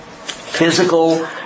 Physical